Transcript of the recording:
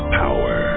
power